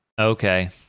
okay